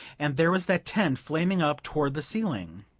and there was that tent flaming up toward the ceiling!